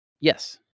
Yes